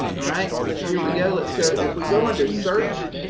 all right, here we go. let's go. if we go under search,